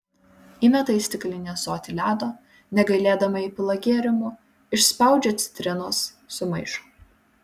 įmeta į stiklinį ąsotį ledo negailėdama įpila gėrimų išspaudžia citrinos sumaišo